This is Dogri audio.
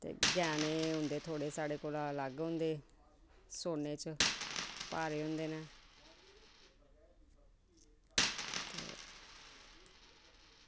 ते उंदे साढ़े कोला थोह्ड़े अलग होंदे सुन्ने च भारे होंदे न ते